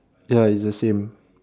ya its the same